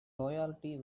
loyalty